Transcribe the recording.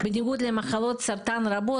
בניגוד למחלות סרטן רבות,